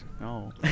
No